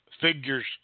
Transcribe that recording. figures